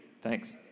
Thanks